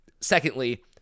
Secondly